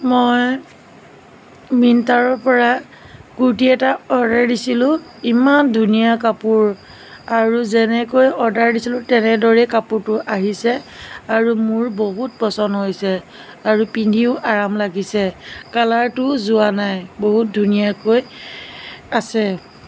মই মিণ্টাৰৰ পৰা কুৰ্তি এটা অৰ্ডাৰ দিছিলোঁ ইমান ধুনীয়া কাপোৰ আৰু যেনেকৈ অৰ্ডাৰ দিছিলোঁ তেনেদৰে কাপোৰটো আহিছে আৰু মোৰ বহুত পচন্দ হৈছে আৰু পিন্ধিও আৰাম লাগিছে কালাৰটোও যোৱা নাই বহুত ধুনীয়াকৈ আছে